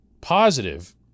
positive